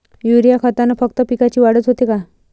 Urea खतानं फक्त पिकाची वाढच होते का?